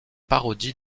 parodie